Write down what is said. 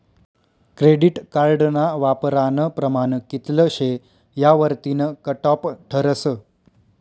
credit कार्डना वापरानं प्रमाण कित्ल शे यावरतीन कटॉप ठरस